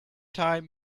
time